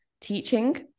teaching